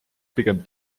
pigem